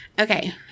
Okay